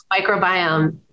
Microbiome